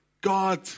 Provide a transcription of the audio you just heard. God